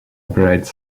operates